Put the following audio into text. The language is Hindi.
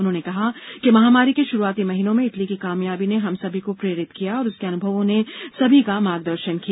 उन्होंने कहा कि महामारी के शुरूआती महीनों में इटली की कामयाबी ने हम सभी को प्रेरित किया और उसके अनुभवों ने सभी का मार्गदर्शन किया